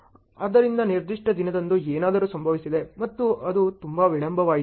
ಆದ್ದರಿಂದ ನಿರ್ದಿಷ್ಟ ದಿನದಂದು ಏನಾದರೂ ಸಂಭವಿಸಿದೆ ಮತ್ತು ಅದು ತುಂಬಾ ವಿಳಂಬವಾಯಿತು